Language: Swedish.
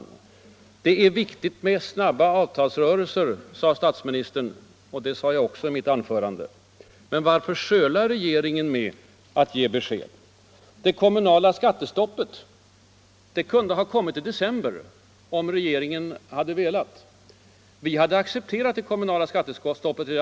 Det är viktigt med snabba avtalsrörelser, sade statsministern. Det framhöll också jag i mitt huvudanförande. Men varför sölar regeringen med att ge besked? Det kommunala skattestoppet hade regeringen kunnat klara av redan i december om man hade velat. Vi moderata hade redan då accepterat ett kommunalt skattestopp.